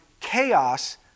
chaos